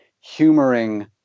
humoring